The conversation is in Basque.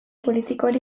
politikoari